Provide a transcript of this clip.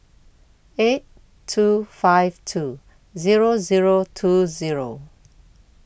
eight two five two Zero Zero two Zero